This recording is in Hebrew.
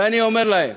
ואני אומר להם,